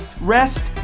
rest